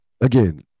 Again